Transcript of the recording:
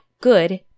good